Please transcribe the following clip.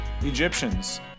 Egyptians